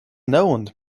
known